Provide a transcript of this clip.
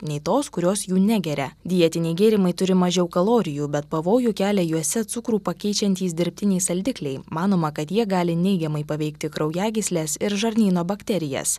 nei tos kurios jų negeria dietiniai gėrimai turi mažiau kalorijų bet pavojų kelia juose cukrų pakeičiantys dirbtiniai saldikliai manoma kad jie gali neigiamai paveikti kraujagysles ir žarnyno bakterijas